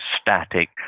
static